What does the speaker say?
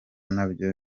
nabyo